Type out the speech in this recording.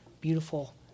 beautiful